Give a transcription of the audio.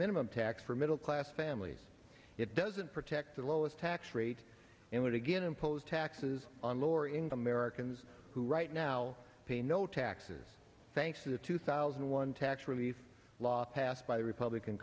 minimum tax for middle class families it doesn't protect the lowest tax rate and would again impose taxes on lower income americans who right now pay no taxes thanks to the two thousand and one tax relief law passed by the republican